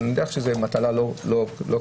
ואני יודע שזאת מטלה לא קטנה.